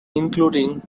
including